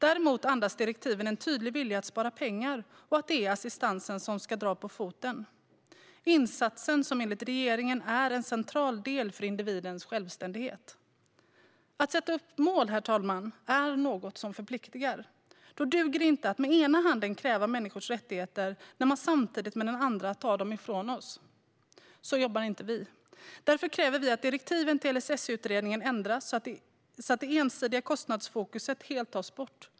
Däremot andas direktiven en tydlig vilja att spara pengar, och det är assistansen som ska få stryka på foten - den insats som enligt regeringen är en central del för individens självständighet. Herr talman! Att sätta upp mål är något som förpliktar. Då duger det inte att med ena handen kräva rättigheter åt människor när man samtidigt med den andra tar dem ifrån oss. Så jobbar inte vi i Vänsterpartiet. Därför kräver vi att direktiven till LSS-utredningen ändras så att det ensidiga kostnadsfokuset helt tas bort.